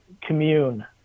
commune